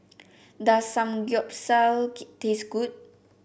does Samgeyopsal taste good